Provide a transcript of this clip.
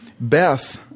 Beth